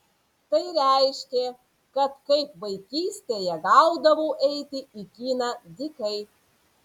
tai reiškė kad kaip vaikystėje gaudavau eiti į kiną dykai